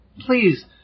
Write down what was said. please